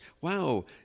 wow